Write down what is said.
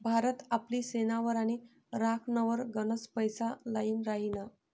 भारत आपली सेनावर आणि राखनवर गनच पैसा लाई राहिना